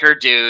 dude